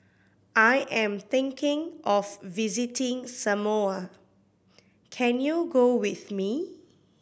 I am thinking of visiting Samoa can you go with me